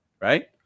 right